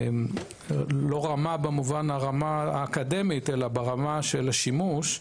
לא רמה במובן האקדמי אלא ברמת השימוש,